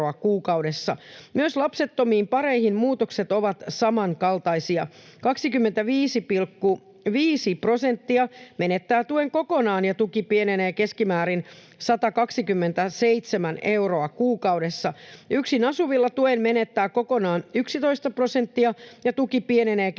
Myös lapsettomille pareille muutokset ovat samankaltaisia: 25,5 prosenttia menettää tuen kokonaan, ja tuki pienenee keskimäärin 127 euroa kuukaudessa. Yksin asuvista tuen menettää kokonaan 11 prosenttia, ja tuki pienenee keskimäärin